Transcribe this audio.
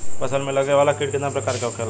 फसल में लगे वाला कीट कितने प्रकार के होखेला?